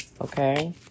okay